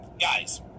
Guys